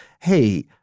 hey